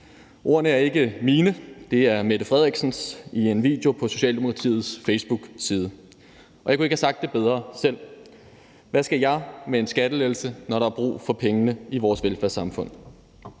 Ordene er ikke mine. Det er Mette Frederiksens i en video på Socialdemokratiets facebookside, og jeg kunne ikke have sagt det bedre selv. Hvad skal jeg med en skattelettelse, når der er brug for pengene i vores velfærdssamfund?